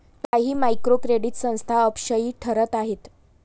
काही micro credit संस्था अपयशी ठरत आहेत